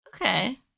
Okay